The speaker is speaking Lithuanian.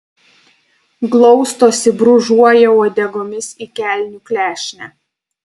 glaustosi brūžuoja uodegomis į kelnių klešnę